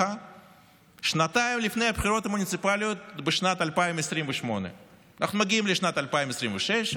שנתיים לפני הבחירות המוניציפליות בשנת 2028. אנחנו מגיעים לשנת 2026,